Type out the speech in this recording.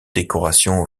décorations